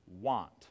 want